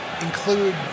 include